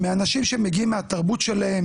מאנשים שמגיעים מהתרבות שלהם,